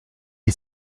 est